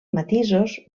matisos